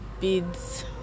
beads